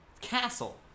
castle